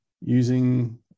using